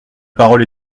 parole